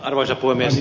arvoisa puhemies